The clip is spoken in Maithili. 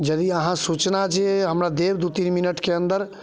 यदि अहाँ सूचना जे हमरा देब दू तीन मिनटके अन्दर